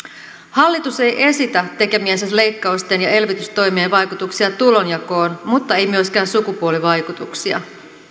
hallitus ei esitä tekemiensä leikkausten ja elvytystoimien vaikutuksia tulonjakoon mutta ei myöskään sukupuolivaikutuksia